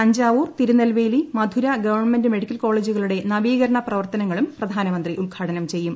Thanjavur Tirunelveli Madurai government മെഡിക്കൽകോളേജുകളുടെ നവീകരണ പ്രവർത്തനങ്ങളും പ്രധാനമന്ത്രി ഉദ്ഘാടനം ചെയ്യും